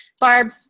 barb